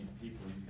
people